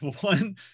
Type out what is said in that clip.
one